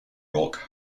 rock